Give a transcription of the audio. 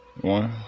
one